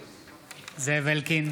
זאב אלקין,